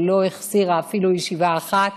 שלא החסירה אפילו ישיבה אחת,